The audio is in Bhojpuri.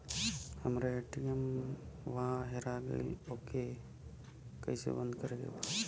हमरा ए.टी.एम वा हेरा गइल ओ के के कैसे बंद करे के बा?